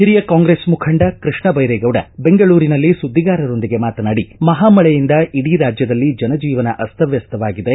ಹಿರಿಯ ಕಾಂಗ್ರೆಸ್ ಮುಖಂಡ ಕೃಷ್ಣ ಬೈರೇಗೌಡ ಬೆಂಗಳೂರಿನಲ್ಲಿ ಸುದ್ಗಿಗಾರರೊಂದಿಗೆ ಮಾತನಾಡಿ ಮಹಾಮಳೆಯಿಂದ ಇಡೀ ರಾಜ್ಯದಲ್ಲಿ ಜನಜೀವನ ಅಸ್ತಮ್ನವಾಗಿದೆ